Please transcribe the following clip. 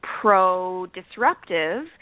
Pro-disruptive